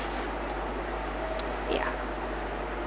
ya